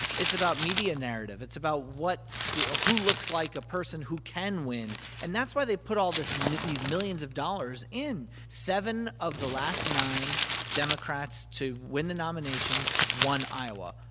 it's about media narrative. it's about what you know who looks like a person who can win? and that's why they put all this these millions of dollars in. seven of the last nine democrats to win the nomination won iowa,